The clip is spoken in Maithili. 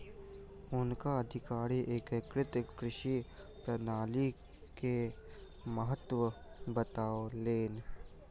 हुनका अधिकारी एकीकृत कृषि प्रणाली के महत्त्व बतौलैन